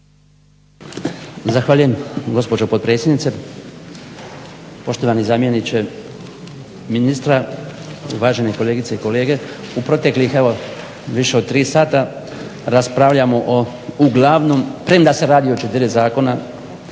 Zahvaljujem gospođo potpredsjednice, poštovani zamjeniče ministra, uvažene kolegice i kolege. U proteklih evo više od 3 sata raspravljamo o uglavnom, premda se radi o 4 zakona